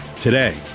today